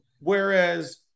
Whereas